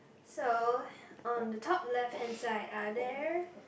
so on the top left hand side are they